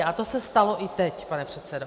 A to se stalo i teď, pane předsedo.